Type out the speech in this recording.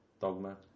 Dogma